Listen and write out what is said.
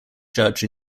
judge